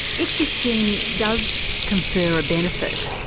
if this gene does confer a benefit,